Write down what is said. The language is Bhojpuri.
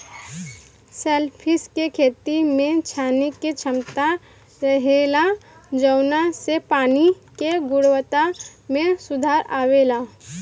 शेलफिश के खेती में छाने के क्षमता रहेला जवना से पानी के गुणवक्ता में सुधार अवेला